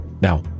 Now